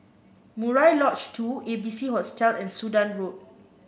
Murai Lodge Two A B C Hostel and Sudan Road